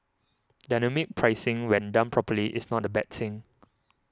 dynamic pricing when done properly is not a bad thing